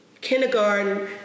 Kindergarten